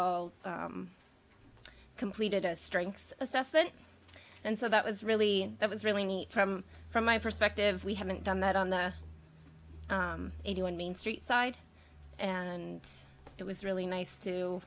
all completed a strength assessment and so that was really it was really neat from from my perspective we haven't done that on the eighty one main street side and it was really nice to